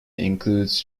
includes